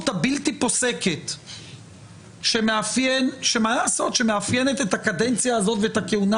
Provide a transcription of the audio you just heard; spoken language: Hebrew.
הבלתי פוסקת שמאפיין את הקדנציה הזאת ואת הכהונה